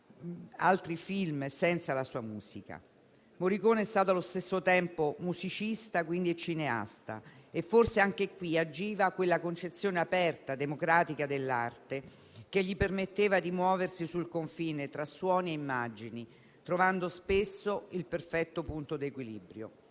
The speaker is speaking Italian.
altri film senza la sua musica? Morricone è stato allo stesso tempo musicista e cineasta. Forse anche qui agiva quella concezione aperta e democratica dell'arte che gli permetteva di muoversi sul confine tra suoni e immagini, trovando spesso il perfetto punto d'equilibrio.